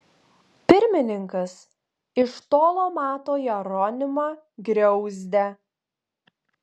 pirmininkas iš tolo mato jeronimą griauzdę